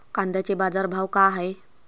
कांद्याचे बाजार भाव का हाये?